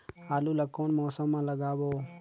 आलू ला कोन मौसम मा लगाबो?